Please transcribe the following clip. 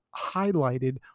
highlighted